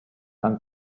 and